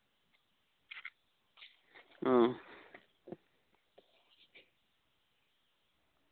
ᱚ